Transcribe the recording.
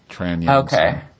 Okay